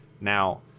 Now